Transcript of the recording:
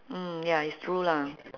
mm ya it's true lah